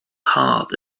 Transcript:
heart